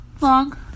Long